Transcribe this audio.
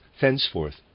thenceforth